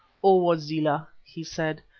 o wazela! he said,